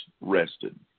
rested